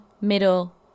middle